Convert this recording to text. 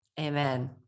Amen